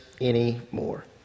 anymore